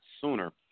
sooner